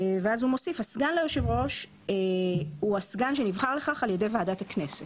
ואז הוא מוסיף: "הסגן ליושב ראש הוא הסגן שנבחר לכך על ידי ועדת הכנסת".